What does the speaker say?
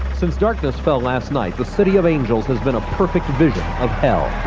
since darkness fell last night, the city of angels has been a perfect vision of hell